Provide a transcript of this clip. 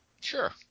Sure